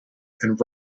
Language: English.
and